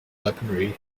weaponry